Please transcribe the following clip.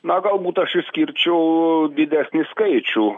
na galbūt aš išskirčiau didesnį skaičių